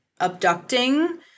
abducting